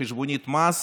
חשבונית מס